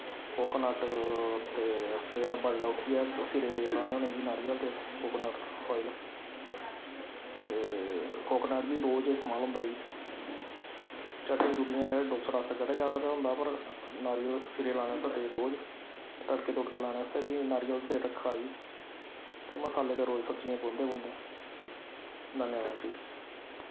coconut ते सबेरे बडलै उट्ठियै सिरै ई तेल लान्ना होन्ना जी नारियल तेल कोकोनट आयल ते कोकोनट मिं रोज इस्तमाल होंदा जी चटनी चुटनियां जेह्ड़ा डोसा डासा पता निं केह्दा होंदा पर नारियल सिरै लाने आस्तै रोज तड़के तुड़के लाने आस्तै मिं नारियल दा तेल रक्खे दा जी ते मसाले ते रोज सब्जियें च पौंदे गै पौंदे न धन्यबाद जी